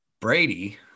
brady